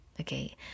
okay